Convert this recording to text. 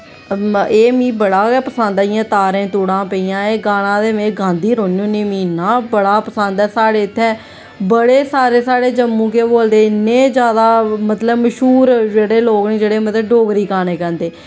एह् मिगी बड़ा गै पसंद ऐ जियां धारें धूड़ां पेइयां एह् गाना ते में गांदी गै रौह्न्नी होन्नी मिगी इन्ना बड़ा पसंद ऐ साढ़े इत्थें बड़े सारे साढ़े जम्मू दे केह् बोलदे मतलब इ'न्ने ज्यादा मतलब मश्हूर जेह्ड़े लोग न जेह्ड़े मतलब डोगरी गाने गांदे